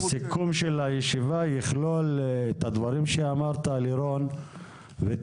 הסיכום של הישיבה יכלול את הדברים שאמרת ואת